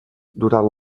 durant